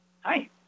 Hi